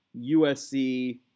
USC